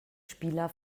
spieler